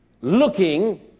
looking